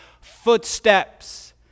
footsteps